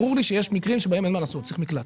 ברור לי שיש מקרים שבהם אין מה לעשות, צריך מקלט.